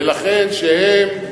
ולכן שהם,